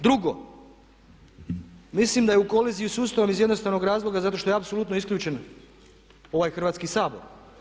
Drugo, mislim da je u koliziji s Ustavom iz jednostavnog razloga zato što je apsolutno isključen ovaj Hrvatski sabor.